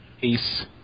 Peace